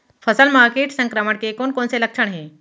फसल म किट संक्रमण के कोन कोन से लक्षण हे?